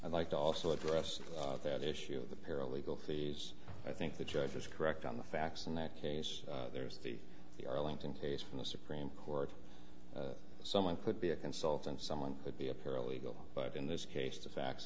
i'd like to also address that issue of the paralegal fees i think the judge is correct on the facts in that case there's the the arlington case from the supreme court someone could be a consultant someone could be a paralegal but in this case the fa